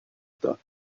داد